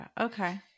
Okay